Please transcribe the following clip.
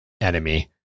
enemy